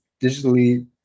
digitally